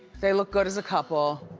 they look good as a couple.